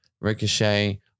Ricochet